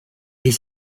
est